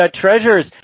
treasures